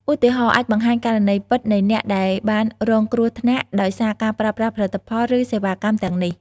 ឧទាហរណ៍ អាចបង្ហាញករណីពិតនៃអ្នកដែលបានរងគ្រោះដោយសារការប្រើប្រាស់ផលិតផល ឬសេវាកម្មទាំងនេះ។